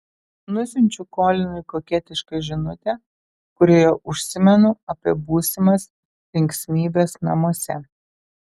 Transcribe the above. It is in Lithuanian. nusiunčiu kolinui koketišką žinutę kurioje užsimenu apie būsimas linksmybes namuose